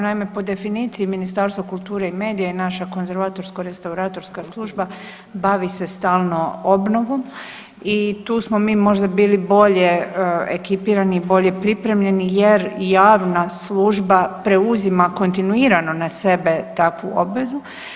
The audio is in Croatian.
Naime, po definiciji Ministarstva kulture i medija i naša Konzervatorsko restauratorska služba bavi se stalno obnovom i tu smo mi možda bili bolje ekipirani i bolje pripremljeni jer javna služba preuzima kontinuirano na sebe takvu obvezu.